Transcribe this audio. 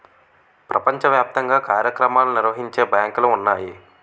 ప్రపంచ వ్యాప్తంగా కార్యక్రమాలు నిర్వహించే బ్యాంకులు ఉన్నాయి